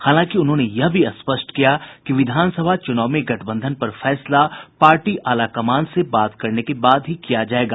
हालांकि श्री मिश्र ने स्पष्ट किया कि विधानसभा चुनाव में गठबंधन पर फैसला पार्टी आलाकमान से बात करने के बाद ही किया जायेगा